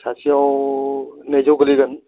सासेयाव नैजौ गोग्लैगोन